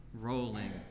rolling